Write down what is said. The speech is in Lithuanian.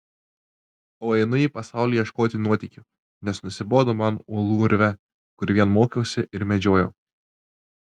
o einu į pasaulį ieškoti nuotykių nes nusibodo man uolų urve kur vien mokiausi ir medžiojau